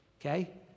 okay